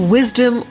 Wisdom